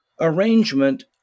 arrangement